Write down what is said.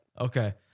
Okay